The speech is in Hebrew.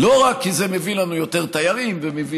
לא רק כי זה מביא לנו יותר תיירים ומביא